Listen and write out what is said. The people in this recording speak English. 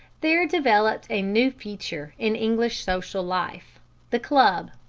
there developed a new feature in english social life the club.